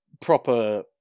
proper